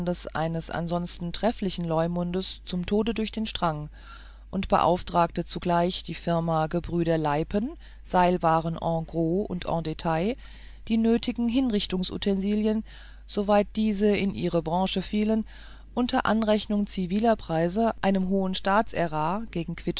eines ansonsten trefflichen leumundes zum tode durch den strang und beauftragte zugleich die firma gebrüder leipen seilwaren en gros und en detail die nötigen hinrichtungsutensilien soweit diese in ihre branche fielen unter anrechnung ziviler preise einem hohen staatsärar gegen